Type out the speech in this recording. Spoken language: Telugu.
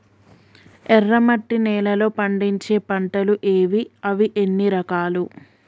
ఎర్రమట్టి నేలలో పండించే పంటలు ఏవి? అవి ఎన్ని రకాలు?